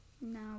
No